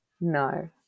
No